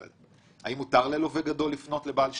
האם מותר ללווה גדול לפנות לבעל שליטה?